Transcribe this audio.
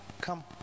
Come